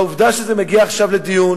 העובדה שזה מגיע עכשיו לדיון